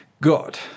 God